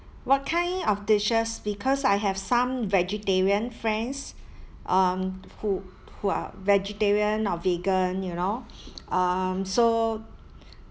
what kind of dishes because I have some vegetarian friends um who who are vegetarian or vegan you know um so